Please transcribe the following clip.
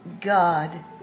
God